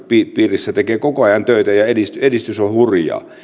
piirissä tekee koko ajan töitä ja edistys edistys on hurjaa